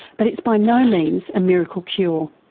but it's by no means a miracle cure.